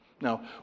Now